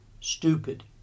stupid